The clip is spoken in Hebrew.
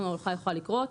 פתרון ההולכה יוכל לקרות,